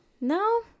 No